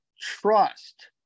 trust